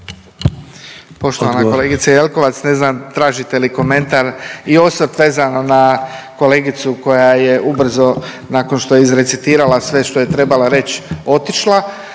Poštovana kolegice Jelkovac, ne znam tražite li komentar i osvrt vezano na kolegicu koja je ubrzo nakon što je izrecitirala sve što je trebala reć otišla,